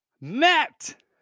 Matt